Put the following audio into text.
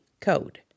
code